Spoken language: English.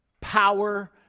power